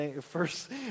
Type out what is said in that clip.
first